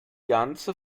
ganze